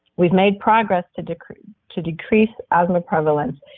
we've made progress to decrease to decrease asthma prevalence,